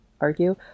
argue